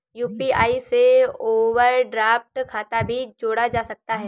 UPI से overdraft खाता भी जोड़ा जा सकता है